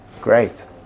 Great